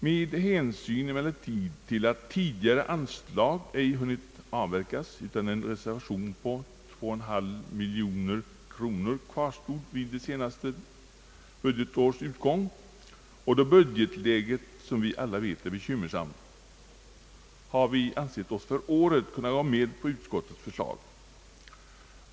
Med hänsyn emellertid till att tidigare anslag ej hunnit förbrukas, utan en reservation på 2,5 miljoner kvarstod vid det senaste budgetårets utgång och då budgetläget, som vi alla vet är bekymmersamt, har vi ansett oss för året kunna gå med på utskottets förslag.